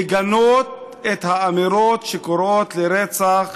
לגנות את האמירות שקוראות לרצח